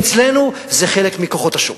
אצלנו זה חלק מכוחות השוק.